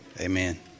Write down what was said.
Amen